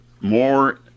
more